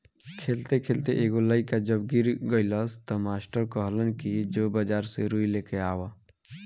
खेलते खेलते एगो लइका जब गिर गइलस त मास्टर कहलन कि जो बाजार से रुई लेके आवा